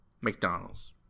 McDonald's